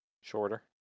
Shorter